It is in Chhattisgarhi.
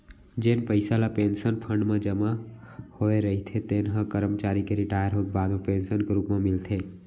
जेन पइसा ल पेंसन फंड म जमा होए रहिथे तेन ह करमचारी के रिटायर होए के बाद म पेंसन के रूप म मिलथे